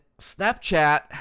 Snapchat